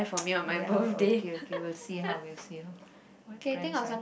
ya okay okay will see how will see what brands i